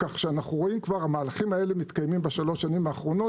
כך שאנחנו רואים כבר שהמהלכים האלה מתקיימים בשלוש השנים האחרונות.